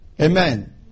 Amen